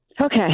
Okay